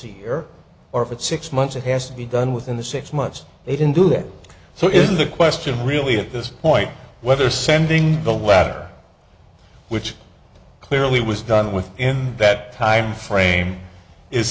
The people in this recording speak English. here or if it's six months it has to be done within the six months they didn't do that so isn't the question really at this point whether sending the wedding which clearly was done with in that time frame is